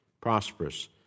prosperous